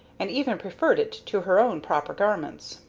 and even preferred it to her own proper garments.